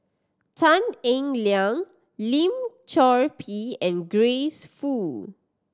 Tan Eng Liang Lim Chor Pee and Grace Fu